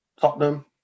Tottenham